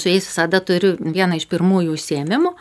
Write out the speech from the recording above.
su jais visada turiu vieną iš pirmųjų užsiėmimų